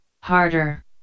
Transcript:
Harder